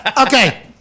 Okay